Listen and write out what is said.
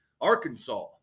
Arkansas